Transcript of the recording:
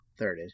Thirded